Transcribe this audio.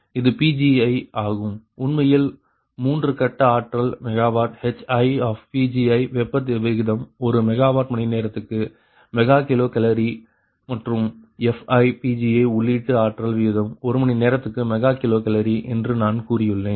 இது Pgi ஆகும் உண்மையில் மூன்று கட்ட ஆற்றல் மெகாவாட் HiPgi வெப்ப வீதம் ஒரு மெகாவாட் மணிநேரத்துக்கு மெகா கிலோ கலோரி மற்றும் FiPgiஉள்ளீட்டு ஆற்றல் வீதம் ஒரு மணிநேரத்துக்கு மெகா கிலோ கலோரி என்று நான் கூறியுள்ளேன்